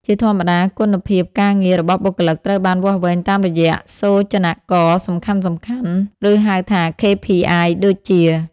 ជាធម្មតា គុណភាពការងាររបស់បុគ្គលិកត្រូវបានវាស់វែងតាមរយៈសូចនាករសំខាន់ៗ ឬហៅថា KPI ដូចជា៖